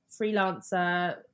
freelancer